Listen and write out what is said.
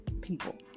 people